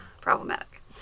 Problematic